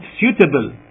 suitable